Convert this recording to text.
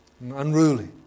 unruly